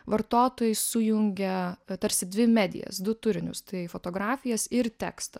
vartotojai sujungia tarsi dvi medijas du turinius tai fotografijas ir tekstą